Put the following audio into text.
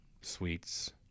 sweets